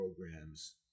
programs